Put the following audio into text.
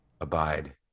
abide